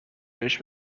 بهش